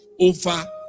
over